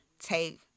take